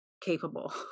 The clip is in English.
capable